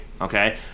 okay